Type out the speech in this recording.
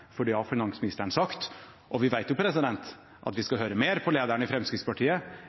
det har finansministeren sagt. Og vi vet jo at vi skal høre mer på lederen i Fremskrittspartiet